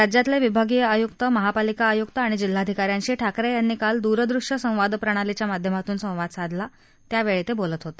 राज्यातले विभागीय आयुक्त महापालिका आयुक्त आणि जिल्हाधिकाऱ्यांशी ठाकरे यांनी काल दूरदृश्य संवाद प्रणालीच्या माध्यमातून संवाद साधला त्यावेळी ते बोलत होते